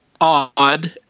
odd